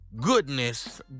goodness